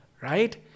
right